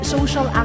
Social